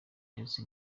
ndetse